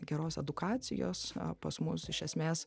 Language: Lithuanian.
geros edukacijos pas mus iš esmės